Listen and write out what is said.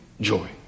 joy